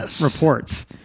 reports